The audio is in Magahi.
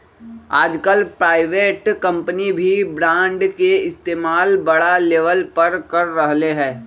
आजकल प्राइवेट कम्पनी भी बांड के इस्तेमाल बड़ा लेवल पर कर रहले है